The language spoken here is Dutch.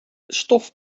stof